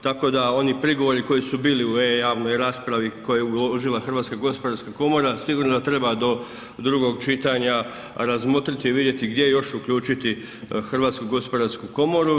Tako da oni prigovori koji su bili u e-javnoj raspravi koja je uložila HGK sigurno treba do drugog čitanja razmotriti i vidjeti gdje još uključiti HGK.